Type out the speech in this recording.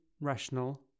rational